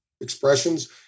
expressions